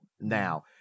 Now